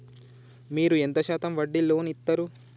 మీరు ఎంత శాతం వడ్డీ లోన్ ఇత్తరు?